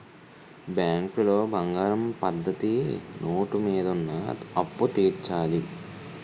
బ్యాంకులో బంగారం పద్ధతి నోటు మీద ఉన్న అప్పు తీర్చాలి